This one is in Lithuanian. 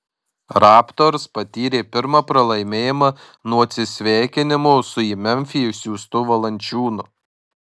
raptors patyrė pirmą pralaimėjimą nuo atsisveikinimo su į memfį išsiųstu valančiūnu